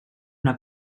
una